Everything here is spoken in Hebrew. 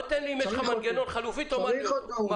תן לי מנגנון חלופי, תאמר לי מהו.